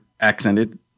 accented